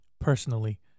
personally